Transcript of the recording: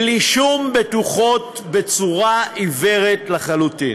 בלי שום בטוחות, בצורה עיוורת לחלוטין.